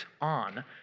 on